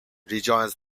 rejoins